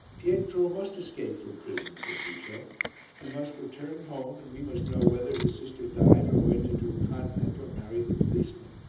pietro must escape from prison, said micio he must return home and we must know whether his sister died or went into a convent or married the policeman.